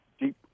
Deep